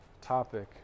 topic